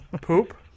Poop